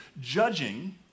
Judging